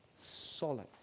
Solid